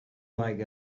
like